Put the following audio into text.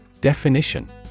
Definition